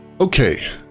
Okay